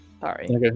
Sorry